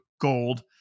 gold